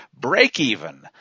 break-even